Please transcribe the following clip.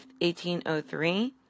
1803